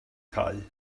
cau